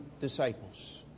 disciples